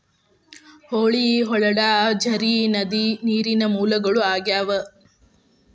ಹೊಳಿ, ಹೊಳಡಾ, ಝರಿ, ನದಿ ನೇರಿನ ಮೂಲಗಳು ಆಗ್ಯಾವ